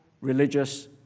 religious